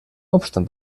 obstant